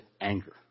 anger